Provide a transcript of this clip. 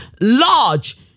large